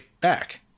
back